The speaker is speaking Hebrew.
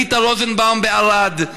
אניטה רוזנבאום בערד,